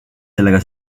sellega